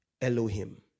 elohim